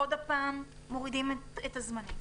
עוד פעם הורידו את הזמנים,